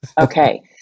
Okay